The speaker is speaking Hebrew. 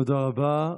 תודה רבה.